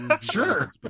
Sure